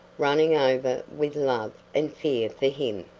running over with love and fear for him.